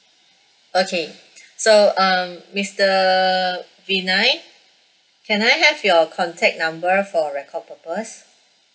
okay so um mister vinine can I have your contact number for record purpose